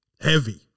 heavy